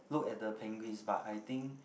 look at the penguins but I think